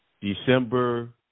December